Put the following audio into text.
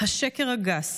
השקר הגס.